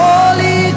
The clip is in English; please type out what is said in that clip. Holy